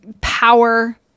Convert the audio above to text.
power